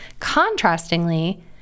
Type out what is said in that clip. Contrastingly